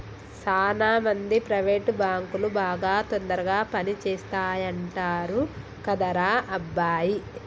సాన మంది ప్రైవేట్ బాంకులు బాగా తొందరగా పని చేస్తాయంటరు కదరా అబ్బాయి